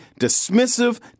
dismissive